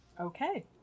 Okay